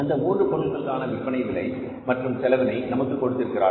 அந்த மூன்று பொருட்களுக்கான விற்பனை விலை மற்றும் செலவினை நமக்கு கொடுத்திருக்கிறார்கள்